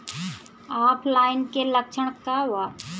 ऑफलाइनके लक्षण क वा?